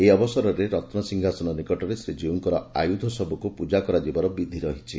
ଏହି ଅବସରରେ ରନୂସଂହାସନ ନିକଟରେ ଶ୍ରୀଜୀଉମାନଙ୍କର ଆୟୂଧ ସବୁକୁ ପୂଜା କରାଯିବାର ବିଧି ରହିଛି